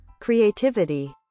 Creativity